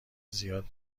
زیاد